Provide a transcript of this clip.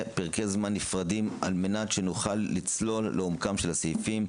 פרקי זמן נפרדים על מנת שנוכל לצלול לעומקם של הסעיפים,